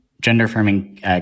gender-affirming